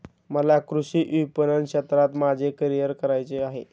मला कृषी विपणन क्षेत्रात माझे करिअर करायचे आहे